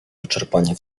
wyczerpanie